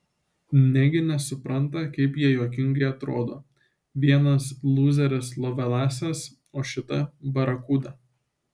negi nesupranta kaip jie juokingai atrodo vienas lūzeris lovelasas o šita barakuda